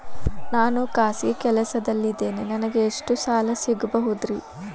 ನಾನು ಖಾಸಗಿ ಕೆಲಸದಲ್ಲಿದ್ದೇನೆ ನನಗೆ ಎಷ್ಟು ಸಾಲ ಸಿಗಬಹುದ್ರಿ?